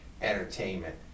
entertainment